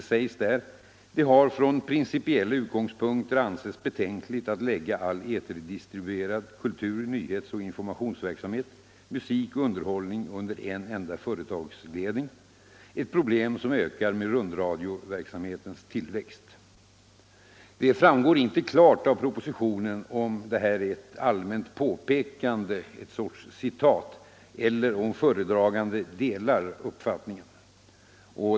Det heter där: ”Det har från principiella utgångspunkter ansetts betänkligt att lägga all eterdistribuerad kultur-, och nyhets och informationsverksamhet, musik och underhållning under en enda företagsledning — ett problem som ökar med rundradioverksamhetens tillväxt.” Det framgår inte klart om detta är ett allmänt påpekande eller om föredraganden delar uppfattningen.